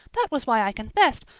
that was why i confessed.